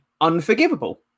unforgivable